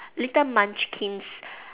little munchkins